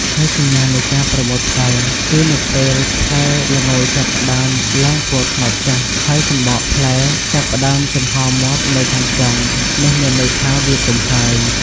ហើយសញ្ញានៃការប្រមូលផល គឺនៅពេលផ្លែល្ងចាប់ផ្ដើមឡើងពណ៌ត្នោតចាស់ ហើយសំបកផ្លែចាប់ផ្ដើមចំហមាត់នៅខាងចុង នោះមានន័យថាវាទុំហើយ។